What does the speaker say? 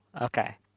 Okay